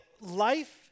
life